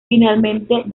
finalmente